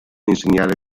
insegnare